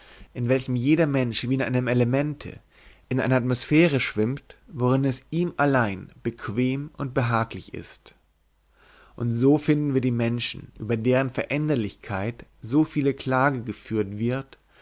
in welchem jeder mensch wie in einem elemente in einer atmosphäre schwimmt worin es ihm allein bequem und behaglich ist und so finden wir die menschen über deren veränderlichkeit so viele klage geführt wird